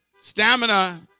Stamina